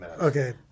okay